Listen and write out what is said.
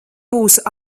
būs